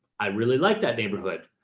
i really liked that neighborhood.